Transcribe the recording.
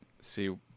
see